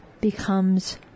becomes